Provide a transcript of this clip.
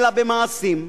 אלא במעשים,